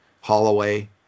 Holloway